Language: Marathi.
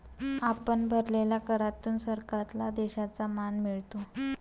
आपण भरलेल्या करातून सरकारला देशाचा मान मिळतो